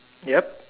ya